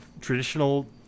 traditional